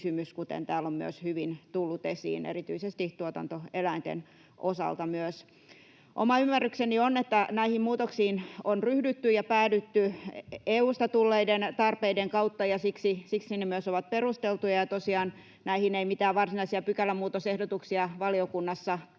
kuten täällä on myös hyvin tullut esiin, erityisesti tuotantoeläinten osalta myös. Oma ymmärrykseni on, että näihin muutoksiin on ryhdytty ja päädytty EU:sta tulleiden tarpeiden kautta, ja siksi ne myös ovat perusteltuja. Ja tosiaan näihin ei mitään varsinaisia pykälämuutosehdotuksia valiokunnassa